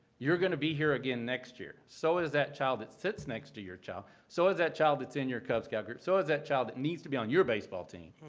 you're going to be here again next year. so is that child that sits next to your child. so is that child that's in your cub scout group. so is that child that needs to be on your baseball team.